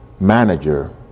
Manager